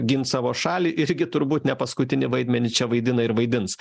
gint savo šalį irgi turbūt ne paskutinį vaidmenį čia vaidina ir vaidins